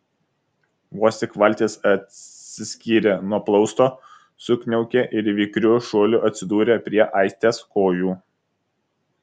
vos tik valtis atsiskyrė nuo plausto sukniaukė ir vikriu šuoliu atsidūrė prie aistės kojų